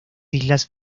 islas